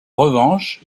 revanche